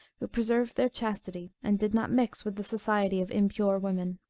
who preserved their chastity and did not mix with the society of impure women.